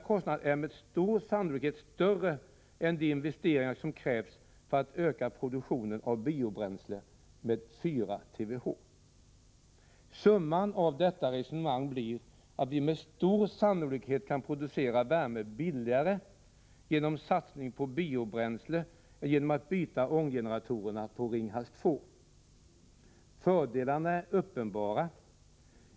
Kostnaden för detta är säkerligen större än de investeringar som krävs för att öka produktionen av biobränsle med 4 TWh. Summan av detta resonemang blir att vi med stor sannolikhet kan producera värmen billigare genom satsning på biobränsle än genom att byta ånggeneratorerna på Ringhals 2. Fördelarna är uppenbara.